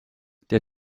der